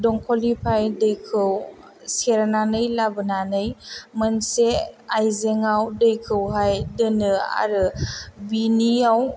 दमखलनिफ्राय दैखौ सेरनानै लाबोनानै मोनसे आइजेंआव दैखौहाय दोनो आरो बेनियाव